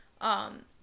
Um-